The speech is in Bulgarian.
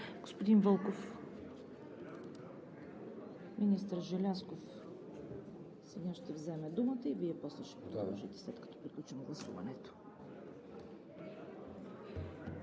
Господин Вълков, министър Желязков сега ще вземе думата и Вие после ще продължите, след като приключим гласуването.